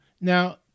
Now